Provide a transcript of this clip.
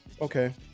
Okay